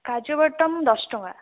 କାଜ button ଦଶ ଟଙ୍କା